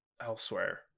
elsewhere